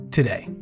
Today